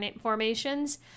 formations